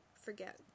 forget